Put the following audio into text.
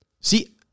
See